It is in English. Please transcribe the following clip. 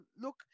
look